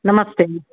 ನಮಸ್ತೆ